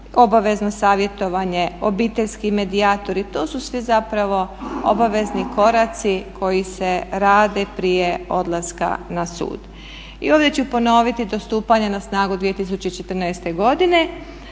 obavezno savjetovanje, obiteljski medijatori. To su sve zapravo obavezni koraci koji se rade prije odlaska na sud. I ovdje ću ponoviti to stupanje na snagu 2014. godine